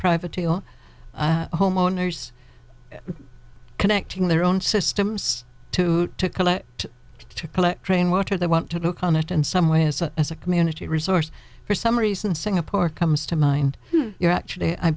privately or homeowners connecting their own systems to to collect to collect rainwater they want to look on it in some way as a as a community resource for some reason singapore comes to mind you're actually i